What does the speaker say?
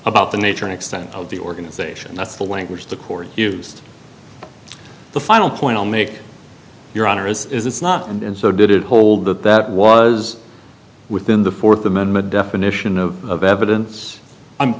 about the nature and extent of the organization that's the language the court used the final point i'll make your honor is it's not and so did it hold that that was within the fourth amendment definition of evidence